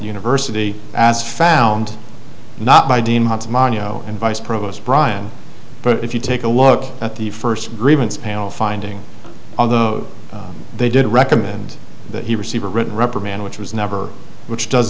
university as found not by dean hans manya and vice provost brian but if you take a look at the first grievance panel finding although they did recommend that he received a written reprimand which was never which does